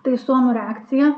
tai suomių reakcija